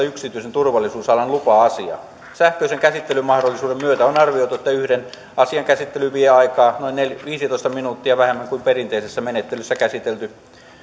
yksityisen turvallisuusalan lupa asiaa sähköisen käsittelymahdollisuuden myötä on arvioitu että yhden asian käsittely vie aikaa noin viisitoista minuuttia vähemmän kuin perinteisessä menettelyssä käsitelty